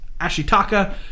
Ashitaka